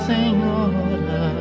Senhora